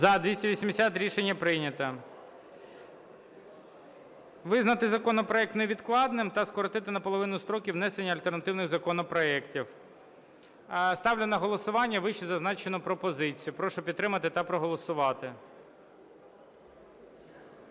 За-280 Рішення прийнято. Визнати законопроект невідкладним та скоротити наполовину строків внесення альтернативних законопроектів. Ставлю на голосування вищезазначену пропозицію. Прошу підтримати та проголосувати.